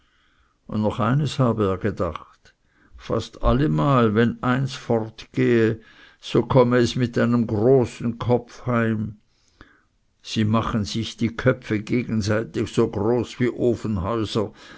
und noch eins habe er gedacht fast allemal wenn eins fortgehe so komme es mit einem großen kopf heim sie machen sich die köpfe gegenseitig so groß wie ofenhäuser